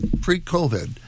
pre-covid